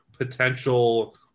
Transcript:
potential